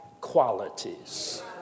qualities